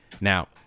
Now